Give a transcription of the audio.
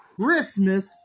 Christmas